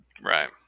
right